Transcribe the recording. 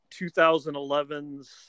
2011's